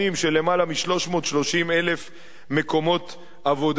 למעלה מ-330,000 מקומות עבודה.